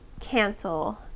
cancel